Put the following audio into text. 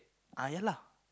ah ya lah